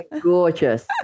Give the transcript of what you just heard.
Gorgeous